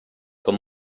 con